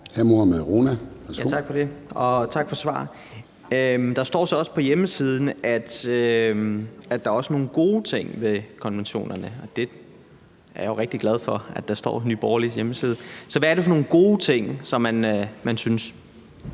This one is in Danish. Tak for det, og tak for svaret. Der står så også på hjemmesiden, at der også er nogle gode ting ved konventionerne, og det er jeg rigtig glad for at der står på Nye Borgerliges hjemmeside. Hvad er det for nogle gode ting, som man synes